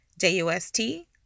j-u-s-t